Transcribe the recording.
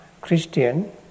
Christian